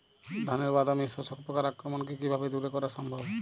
ধানের বাদামি শোষক পোকার আক্রমণকে কিভাবে দূরে করা সম্ভব?